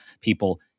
people